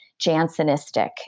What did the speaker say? Jansenistic